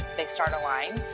they start a line.